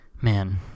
man